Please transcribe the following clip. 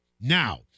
Now